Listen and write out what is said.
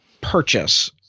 purchase